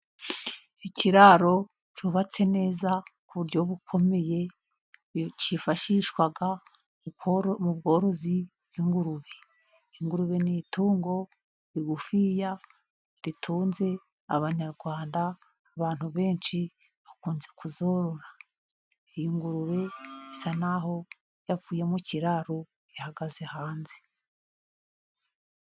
Ikiraro cyubatse neza ku buryo bukomeye cyifashishwa mu bworozi bw'ingurube. Ingurube ni itungo rigufiya ritunze abanyarwanda ,abantu benshi bakunze kuzorora. Iyi ngurube isa naho yavuye mu kiraro ihagaze hanze.